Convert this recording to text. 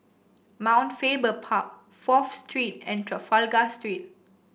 Mount Faber Park Fourth Street and Trafalgar Street